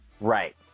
right